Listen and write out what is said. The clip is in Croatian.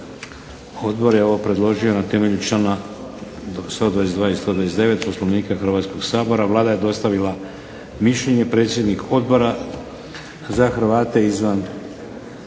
Odbor je ovo predložio na temelju člana 122. i 129. Poslovnika Hrvatskog sabora. Vlada je dostavila mišljenje. Predsjednik Odbora za Hrvate izvan Republike